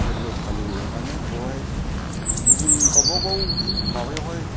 फोरबो फालियो माने बेवहाय गुबुन गावबागाव माबायावहाय